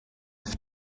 have